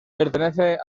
pertenece